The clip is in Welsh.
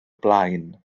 blaen